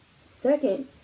Second